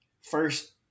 first